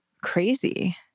Crazy